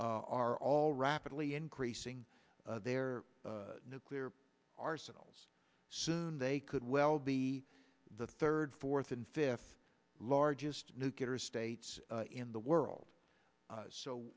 china are all rapidly increasing their nuclear arsenals soon they could well be the third fourth and fifth largest nuclear states in the world so